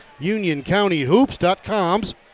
unioncountyhoops.com's